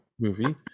movie